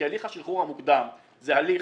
כי הליך השחרור המוקדם זה הליך